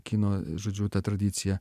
kino žodžiu ta tradicija